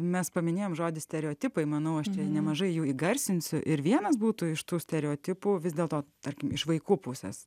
mes paminėjome žodį stereotipai manau aš nemažai jų įgarsinsiu ir vienas būtų iš tų stereotipų vis dėlto tarkim iš vaikų pusės